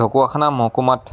ঢকোৱাখানা মহকুমাত